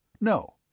no